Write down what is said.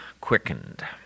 quickened